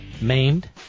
maimed